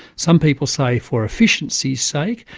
some people say for efficiency's sake,